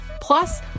Plus